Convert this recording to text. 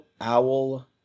Owl